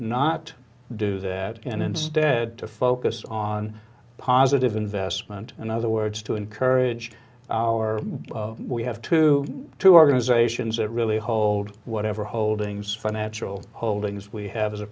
not do that and instead to focus on positive investment in other words to encourage our we have two two organizations that really hold whatever holdings financial holdings we have as a